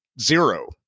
zero